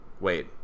Wait